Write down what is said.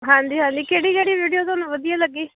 ਹਾਂਜੀ ਹਾਂਜੀ ਕਿਹੜੀ ਕਿਹੜੀ ਵੀਡੀਓ ਤੁਹਾਨੂੰ ਵਧੀਆ ਲੱਗੀ